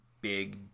big